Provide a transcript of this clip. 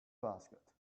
basket